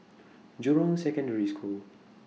Jurong Secondary School